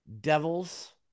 Devils